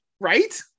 Right